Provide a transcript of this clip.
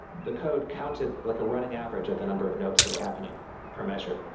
the code counted like a running average of the number of notes that were happening per measure.